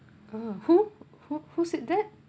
(uh huh) who who who said that